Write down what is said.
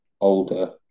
older